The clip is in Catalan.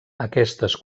aquestes